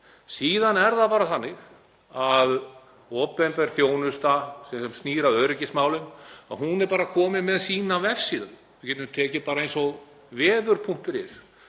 Síðan er það bara þannig að opinber þjónusta sem snýr að öryggismálum er bara komin með sína vefsíðu. Við getum tekið bara vedur.is.